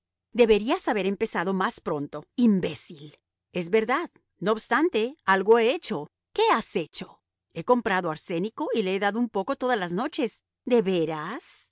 deberías haber empezado más pronto imbécil es verdad no obstante algo he hecho qué has hecho he comprado arsénico y le he dado un poco todas las noches de veras